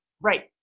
Right